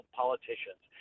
politicians